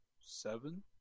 Seven